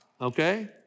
okay